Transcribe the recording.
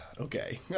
Okay